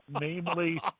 namely